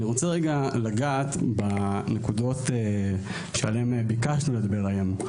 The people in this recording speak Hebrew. אני רוצה לגעת בנקודות שעליהם ביקשנו לדבר היום: